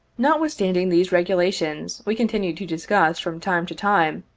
notwithstanding these regulations, we continued to dis cuss, from time to time,